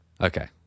okay